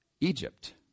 Egypt